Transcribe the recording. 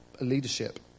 leadership